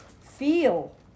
feel